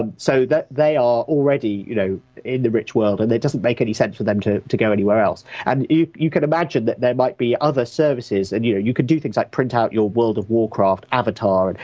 and so they are already you know in the rich world, and it doesn't make any sense for them to to go anywhere else. and you you can imagine that there might be other services, and you know you can do things like print out your world of warcraft avatar,